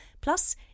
plus